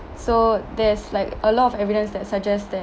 so there's like a lot of evidence that suggest that